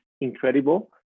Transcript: incredible